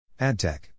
AdTech